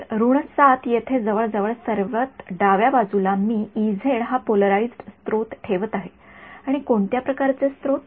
तर ७ येथे जवळजवळ सर्वात डाव्या बाजूला मी हा पोलराइज्ड स्त्रोत ठेवत आहे आणि कोणत्या प्रकारचे स्त्रोत